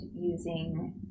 using